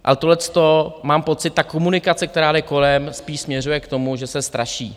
A tohleto mám pocit, ta komunikace, která jde kolem, spíš směřuje k tomu, že se straší.